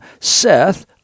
Seth